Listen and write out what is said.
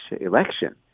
election